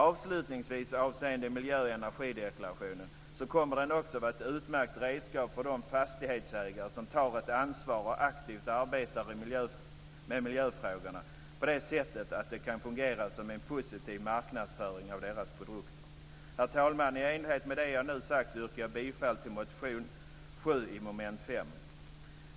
Miljö och energideklarationen kommer att vara ett utmärkt redskap för de fastighetsägare som tar ett ansvar och aktivt arbetar med miljöfrågorna på det sättet att de kan fungera som en positiv marknadsföring av deras produkter. Herr talman! I enlighet med det jag nu har sagt yrkar jag bifall till reservation 7 under mom. 5.